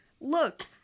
Look